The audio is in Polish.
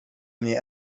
mniej